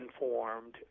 informed